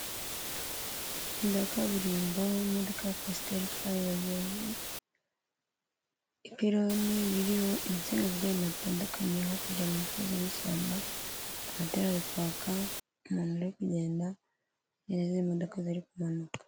Umuhanda wa kaburimbo imodoka kwasiteri itwaye abagenzi, ipironi ririho intsinga zigiye ahantu hatandukanye, hakurya hari umisozi w'ishyamba, amatara ari kwaka, umuntu uri kugenda neza, imodoka ziri kumanuka.